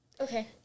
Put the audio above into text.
Okay